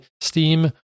Steam